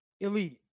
elite